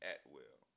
Atwell